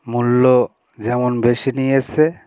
মূল্য যেমন বেশি নিয়েছে